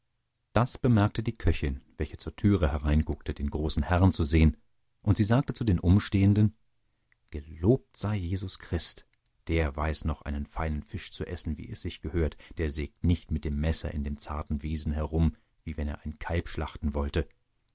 das bemerkte die köchin welche zur türe hereinguckte den großen herrn zu sehen und sie sagte zu den umstehenden gelobt sei jesus christ der weiß noch einen feinen fisch zu essen wie es sich gehört der sägt nicht mit dem messer in dem zarten wesen herum wie wenn er ein kalb schlachten wollte